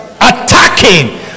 attacking